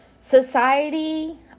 society